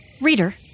Reader